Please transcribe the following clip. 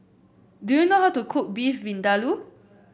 do you know how to cook Beef Vindaloo